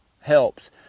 helps